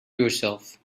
yourself